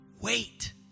Wait